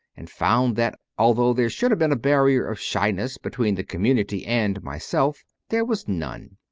and found that, although there should have been a barrier of shyness between the community and myself, there was none.